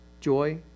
joy